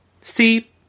See